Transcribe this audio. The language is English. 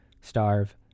starve